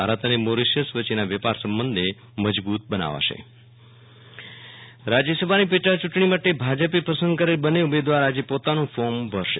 ભારત અનેમોરેશિયસ વચ્ચેના વેપાર સંબંધને મજબૂ ત બનાવશે વિરલ રાણા રાજયસભા ઉમેદવાર ભાજપ રાજયસભાની પેટાયુંટણી માટે ભાજપે પસંદ કરેલ બને ઉમેદવાર આજે પોતાનું ફોર્મ ભરશે